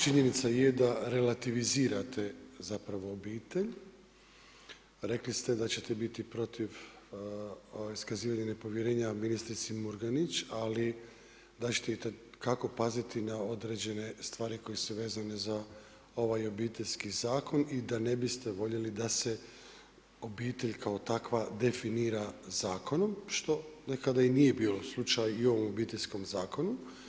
Činjenica je da relativizirate zapravo obitelj, rekli ste da će te biti protiv iskazivanja nepovjerenja ministrici Murganić ali kako paziti na određene stvari koje su vezane za ovaj Obiteljski zakon i da ne biste voljeli da se obitelj kao takva definira zakonom da kada i nije slučaj i u ovom Obiteljskom zakonu.